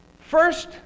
First